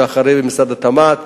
שממונה על משרד התמ"ת,